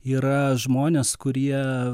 yra žmonės kurie